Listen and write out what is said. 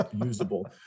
usable